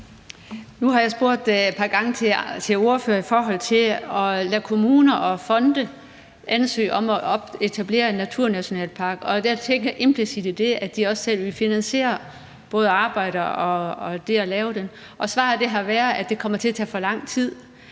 et par gange spurgt ordførerne om, om man kan lade kommuner og fonde ansøge om at etablere en naturnationalpark, og der tænker jeg, at der implicit i det er, at de også selv vil finansiere både arbejdet og gennemførelsen. Svaret har været, at det kommer til at tage for lang tid.